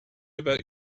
about